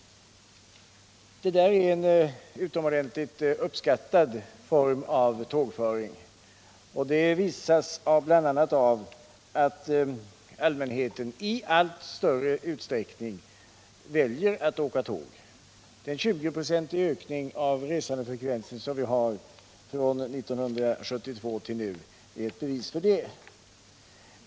Detta är en utomordentligt uppskattad form av tågföring. Det visas bl.a. av att allmänheten i allt större utsträckning väljer att åka tåg. Den 20-procentiga ökningen av resandefrekvensen från 1972 vill nu är ett bevis för det.